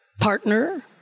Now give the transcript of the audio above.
partner